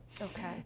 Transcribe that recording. Okay